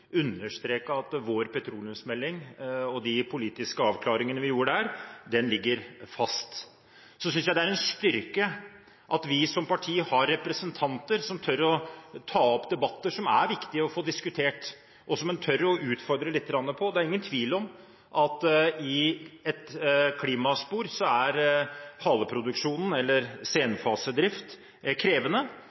at vår petroleumsmelding og de politiske avklaringene vi gjorde der, ligger fast. Jeg synes det er en styrke at vi, som parti, har representanter som tør å ta opp tema som det er viktig å få diskutert, og som en tør å utfordre lite grann på. Det er ingen tvil om at haleproduksjon eller senfasedrift er krevende i et klimaspor. Men vi er